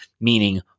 meaning